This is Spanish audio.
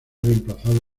reemplazado